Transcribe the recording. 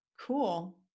cool